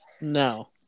No